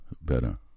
better